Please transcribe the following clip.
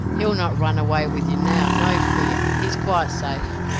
he'll not run away with you now no fear he's quite safe.